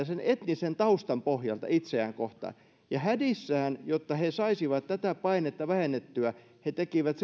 sen etnisen taustan pohjalta ja hädissään jotta he saisivat tätä painetta vähennettyä he tekivät